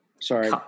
sorry